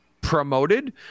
promoted